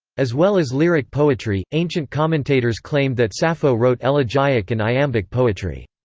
as well as lyric poetry, ancient commentators claimed that sappho wrote elegiac and iambic poetry.